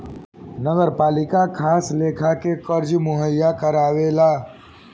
नगरपालिका खास लेखा के कर्जा मुहैया करावेला